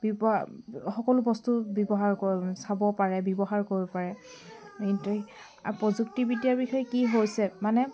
বিৱ সকলো বস্তু ব্যৱহাৰ ক চাব পাৰে কৰিব পাৰে কিন্তু প্ৰযুক্তিবিদ্যাৰ বিষয়ে কি হৈছে মানে